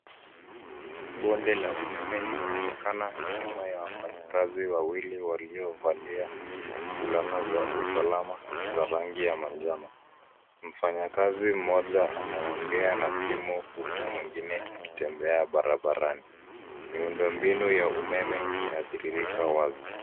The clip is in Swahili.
Bonde la umeme linaonekana nyuma ya wafanyikazi wawili waliovalia fulana za usalama za rangi ya manjano. Mfanyikazi mmoja anaongea na simu huku mwingine akitembea barabarani. Miundo mbinu ya umeme inadhihirika wazi.